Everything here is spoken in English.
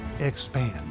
expand